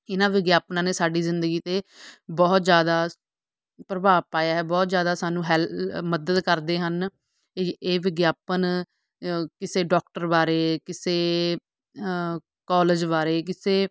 ਇਹਨਾਂ ਵਿਗਿਆਪਨਾਂ ਨੇ ਸਾਡੀ ਜ਼ਿੰਦਗੀ 'ਤੇ ਬਹੁਤ ਜ਼ਿਆਦਾ ਪ੍ਰਭਾਵ ਪਾਇਆ ਹੈ ਬਹੁਤ ਜ਼ਿਆਦਾ ਸਾਨੂੰ ਹੈਲ ਮਦਦ ਕਰਦੇ ਹਨ ਇਹ ਇਹ ਵਿਗਿਆਪਨ ਕਿਸੇ ਡਾਕਟਰ ਬਾਰੇ ਕਿਸੇ ਕੋਲੇਜ ਬਾਰੇ ਕਿਸੇ